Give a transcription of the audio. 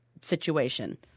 situation